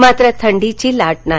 मात्र थंडीची लाट नाही